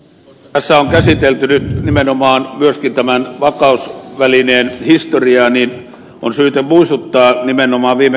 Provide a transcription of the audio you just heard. kun tässä on käsitelty nyt nimenomaan myöskin tämän vakausvälineen historiaa on syytä muistuttaa nimenomaan viime kesäkuusta